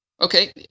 okay